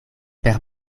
per